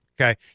Okay